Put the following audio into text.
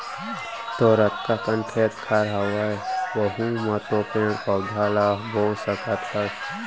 तोर अतका कन खेत खार हवय वहूँ म तो पेड़ पउधा ल बो सकत हस